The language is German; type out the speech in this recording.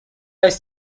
ist